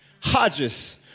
Hodges